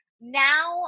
now